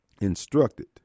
Instructed